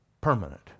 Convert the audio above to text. permanent